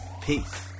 peace